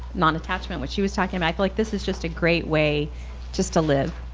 non-attachment what she was talking about like this is just a great way just to live.